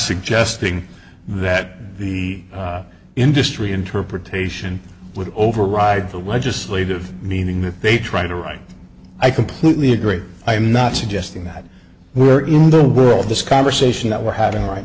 suggesting that the industry interpretation would override the legislative meaning that they try to write i completely agree i am not suggesting that we are in the world this conversation that we're having right